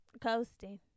Coasting